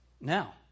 Now